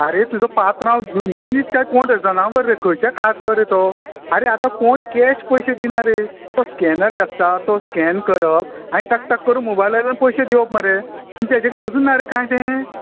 अरे तुजो पात्रांव मनीस काय कोण रे जनावर रे खंयच्या काळांतलो रे तो अरे आतां कोण कॅश पयशे दिना रे तो स्कॅनर जो आसता तो स्कॅन करप आनी टाक टाक मोबायलांतल्यान पयशे दिवप मरे तुमचे कडेन अजून ना रे काय तें